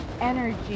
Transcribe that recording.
energy